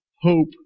hope